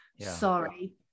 Sorry